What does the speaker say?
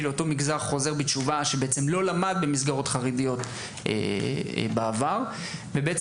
אותו מגזר חוזר בתשובה שלא למד במסגרות חרדיות בעבר וזה